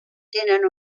tenen